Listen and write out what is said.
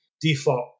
default